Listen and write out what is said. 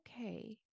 okay